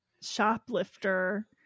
shoplifter